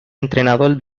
entrenador